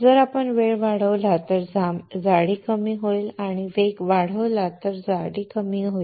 जर आपण वेळ वाढवला तर जाडी कमी होईल आणि वेग वाढवला तर जाडी कमी होईल